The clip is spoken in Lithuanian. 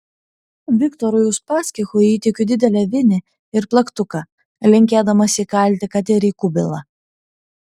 viktorui uspaskichui įteikiu didelę vinį ir plaktuką linkėdamas įkalti kad ir į kubilą